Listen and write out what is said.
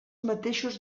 mateixos